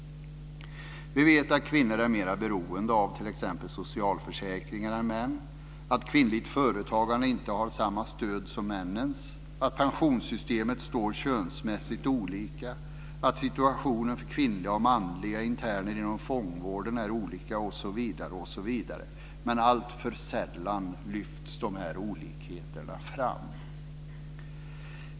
Vi vet att kvinnor är mer beroende av t.ex. socialförsäkringar än män. Kvinnligt företagande har inte samma stöd som männens. Pensionssystemet slår könsmässigt olika. Situationen för kvinnliga och manliga interner inom fångvården är olika, osv. Alltför sällan lyfts dessa olikheter fram.